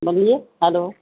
بولیے ہیلو